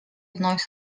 вновь